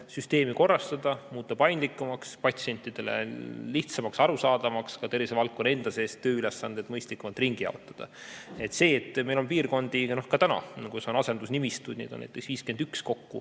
süsteemi korrastada, muuta paindlikumaks, patsientidele lihtsamaks, arusaadavamaks, ka tervisevaldkonna enda sees tööülesandeid mõistlikumalt jaotada. Meil on piirkondi, kus on asendusnimistud, neid on 51 kokku